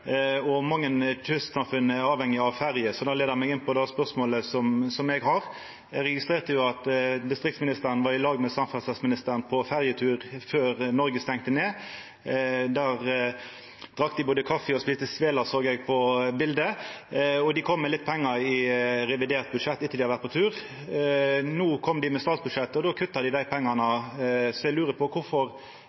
og mange kystsamfunn er avhengige av ferjer. Det leier meg inn på det spørsmålet som eg har. Eg registrerte at distriktsministeren var i lag med samferdsleministeren på ferjetur før Noreg stengde ned. Dei drakk kaffi og åt sveler, såg eg på bileta. Dei kom med litt pengar i revidert budsjett etter at dei hadde vore på tur. No kom dei med statsbudsjettet, og då kutta dei pengane. Så eg lurer på: Når regjeringa er oppteken av å skilja mellom innland og kyst, kvifor